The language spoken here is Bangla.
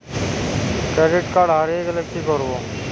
ক্রেডিট কার্ড হারিয়ে গেলে কি করব?